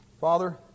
Father